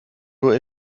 nur